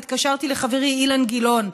התקשרתי לחברי אילן גילאון,